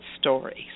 stories